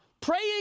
Praying